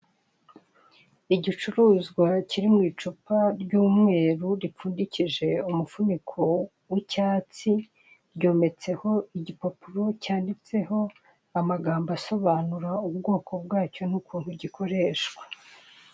Igicuruzwa kiri mu icupa ry'umweru ripfundikije umufuniko w'icyatsi, ryometseho igipapuro cyanditseho amagambo asobanura ubwoko bwacyo n'ukuntu gikoreshwa.